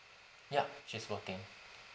ya she's working